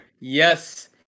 Yes